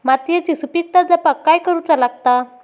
मातीयेची सुपीकता जपाक काय करूचा लागता?